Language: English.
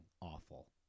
awful